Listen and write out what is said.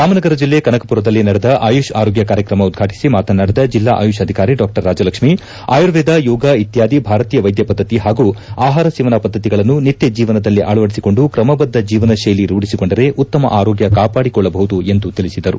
ರಾಮನಗರ ಜಿಲ್ಲೆ ಕನಕಪುರದಲ್ಲಿ ನಡೆದ ಆಯುಷ್ ಆರೋಗ್ಯ ಕಾರ್ಯಕ್ರಮ ಉದ್ವಾಟಿಸಿ ಮಾತನಾಡಿದ ಜಿಲ್ಲಾ ಆಯುಷ್ ಅಧಿಕಾರಿ ಡಾ ರಾಜಲಕ್ಷ್ಮೀ ಆಯುರ್ವೇದ ಯೋಗ ಇತ್ಯಾದಿ ಭಾರತೀಯ ವೈದ್ಯ ಪದ್ದತಿ ಹಾಗೂ ಆಹಾರ ಸೇವನಾ ಪದ್ದತಿಗಳನ್ನು ನಿತ್ಯ ಜೀವನದಲ್ಲಿ ಅಳವಡಿಸಿಕೊಂಡು ಕ್ರಮಬದ್ದ ಜೀವನಶೈಲಿ ರೂಢಿಸಿಕೊಂಡರೆ ಉತ್ತಮ ಆರೋಗ್ಯ ಕಾಪಾಡಿಕೊಳ್ಳಬಹುದು ಎಂದು ತಿಳಿಸಿದರು